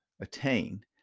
attain